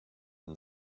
and